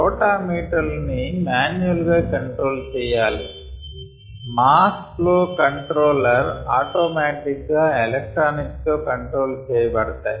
రోటా మీటర్లు ని మాన్యువల్ గా కంట్రోల్ చెయ్యాలి మాస్ ఫ్లో కంట్రోలర్ ఆటోమేటిక్ గా ఎలెక్ట్రానిక్ తో కంట్రోల్ చేయబడతాయి